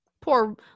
poor